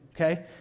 okay